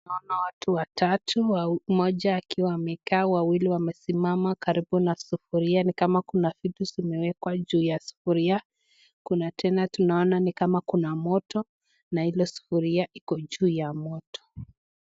Tunaona watu watatu. Mmoja akiwa amekaa, wawili wamesimama karibu na sufuria ni kama kuna vitu zimewekwa juu ya sufuria. Kuna tena tunaona kuna moto na ile sufuria iko juu ya moto.